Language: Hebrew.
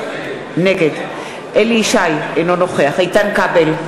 נגד אליהו ישי, אינו נוכח איתן כבל,